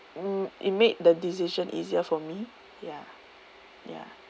hmm it made the decision easier for me ya ya